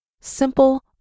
simple